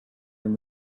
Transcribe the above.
and